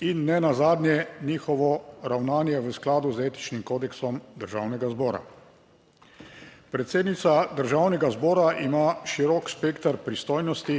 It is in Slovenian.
in nenazadnje njihovo ravnanje v skladu z etičnim kodeksom Državnega zbora. Predsednica Državnega zbora ima širok spekter pristojnosti,